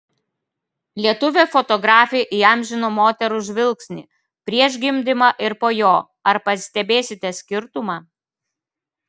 lietuvė fotografė įamžino moterų žvilgsnį prieš gimdymą ir po jo ar pastebėsite skirtumą